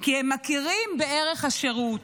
כי הם מכירים בערך השירות.